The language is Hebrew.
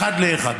אחת לאחת.